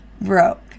broke